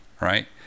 right